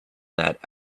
that